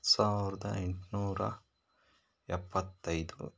ಸಾವಿರ್ದ ಎಂಟುನೂರ ಎಪ್ಪತ್ತೈದು